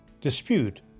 Dispute